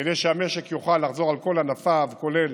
כדי שהמשק יוכל לחזור על כל ענפיו, כולל